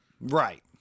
right